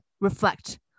reflect